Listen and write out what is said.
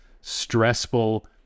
stressful